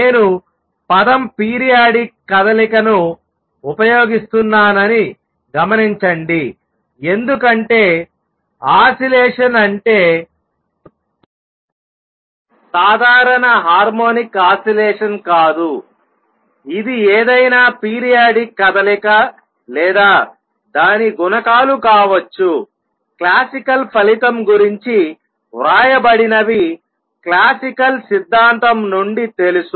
నేను పదం పీరియాడిక్ కదలికను ఉపయోగిస్తున్నానని గమనించండి ఎందుకంటే ఆసిలేషన్ అంటే సాధారణ హార్మోనిక్ ఆసిలేషన్ కాదు ఇది ఏదైనా పీరియాడిక్ కదలిక లేదా దాని గుణకాలు కావచ్చు క్లాసికల్ ఫలితం గురించి వ్రాయబడినవి క్లాసికల్ సిద్ధాంతం నుండి తెలుసు